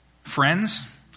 Friends